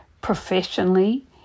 professionally